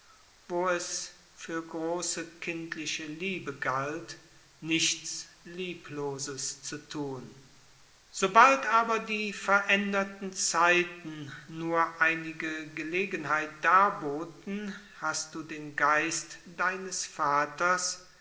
wo es für große kindliche liebe galt nichts liebloses zu thun sobald aber die veränderten zeiten nur einige gelegenheit darboten hast du den geist deines vaters